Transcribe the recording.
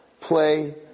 play